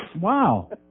Wow